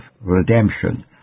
redemption